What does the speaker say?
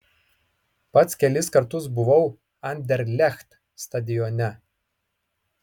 pats kelis kartus buvau anderlecht stadione